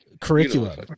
curriculum